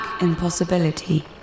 impossibility